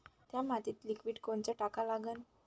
थ्या मातीत लिक्विड कोनचं टाका लागन?